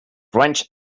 wrenched